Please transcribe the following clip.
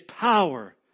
power